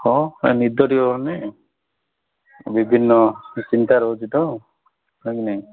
ହଁ ଆଉ ନିଦ ଟିକେ ହେଉନି ବିଭିନ୍ନ ଚିନ୍ତା ରହୁଛି ତ